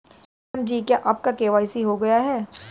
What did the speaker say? नीलम जी क्या आपका के.वाई.सी हो गया है?